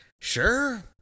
Sure